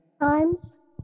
times